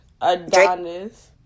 Adonis